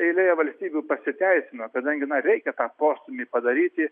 eilėje valstybių pasiteisino kadangi reikia tą postūmį padaryti